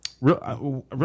real